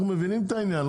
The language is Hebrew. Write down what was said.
אנחנו מבינים את העניין,